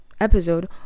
episode